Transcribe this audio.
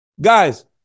Guys